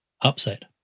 upset